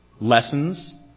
lessons